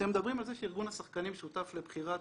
אתם מדברים על זה שארגון השחקנים שותף לבחירת